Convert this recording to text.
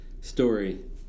story